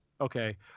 Okay